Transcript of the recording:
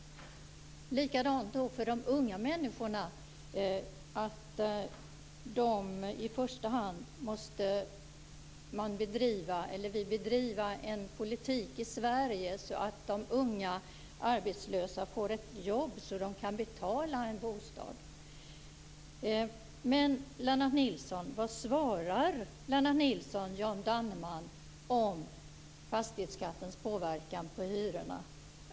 Likadant är det för de unga människorna. I första hand måste vi bedriva en politik i Sverige så att de unga arbetslösa får ett jobb så att de kan betala en bostad. Vad svarar Lennart Nilsson Jan Danneman om fastighetsskattens påverkan på hyrorna?